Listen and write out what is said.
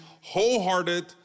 wholehearted